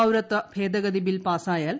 പൌരത്വ ഭേദഗതി ബിൽ പാസായാൽ